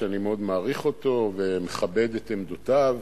שאני מאוד מעריך אותו ומכבד את עמדותיו.